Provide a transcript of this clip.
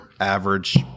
average